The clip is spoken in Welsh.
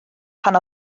pan